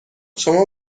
شما